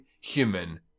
human